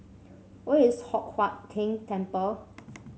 where is Hock Huat Keng Temple